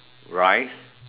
rice